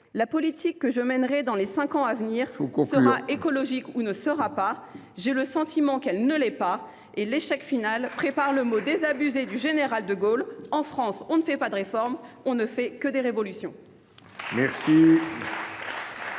La politique que je mènerai dans les cinq ans à venir sera écologique ou ne sera pas. » J’ai le sentiment qu’elle n’est pas ! L’échec final rappelle ce mot désabusé du général de Gaulle :« En France, on ne fait pas de réformes. On ne fait que des révolutions.